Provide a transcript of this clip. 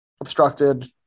obstructed